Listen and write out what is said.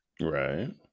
Right